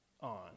on